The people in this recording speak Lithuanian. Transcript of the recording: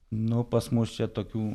nu pas mus čia tokių